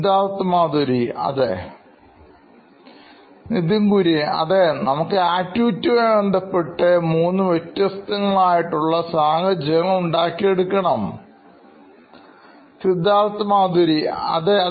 Siddharth Maturi CEO Knoin Electronics അതെ Nithin Kurian COO Knoin Electronics അതെ നമുക്ക് activity ആയി ബന്ധപ്പെട്ട മൂന്നു വ്യത്യസ്തങ്ങളായ ഉള്ള സാഹചര്യങ്ങൾ ഉണ്ടാക്കിയെടുക്കണം Siddharth Maturi CEO Knoin Electronics അതെ